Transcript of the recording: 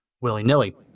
willy-nilly